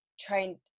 trying